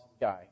guy